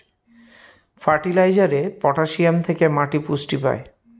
ফার্টিলাইজারে পটাসিয়াম থেকে মাটি পুষ্টি পায়